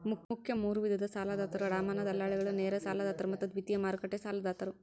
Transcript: ಮುಖ್ಯ ಮೂರು ವಿಧದ ಸಾಲದಾತರು ಅಡಮಾನ ದಲ್ಲಾಳಿಗಳು, ನೇರ ಸಾಲದಾತರು ಮತ್ತು ದ್ವಿತೇಯ ಮಾರುಕಟ್ಟೆ ಸಾಲದಾತರು